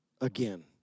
again